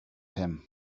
him